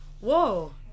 Whoa